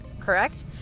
Correct